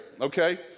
okay